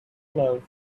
love